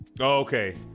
okay